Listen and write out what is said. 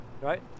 right